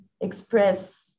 express